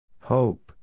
Hope